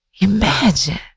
imagine